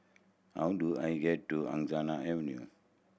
how do I get to Angsana Avenue